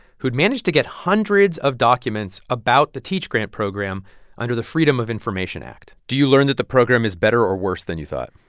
who'd managed to get hundreds of documents about the teach grant program under the freedom of information act do you learn that the program is better or worse than you thought?